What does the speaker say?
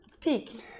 Peak